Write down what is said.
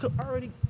already